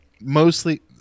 mostly